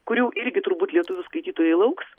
kurių irgi turbūt lietuvių skaitytojai lauks